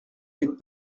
n’êtes